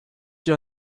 your